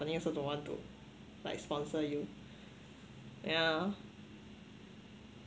company also don't want to like sponsor you yeah